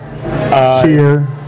Cheer